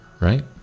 Right